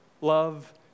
Love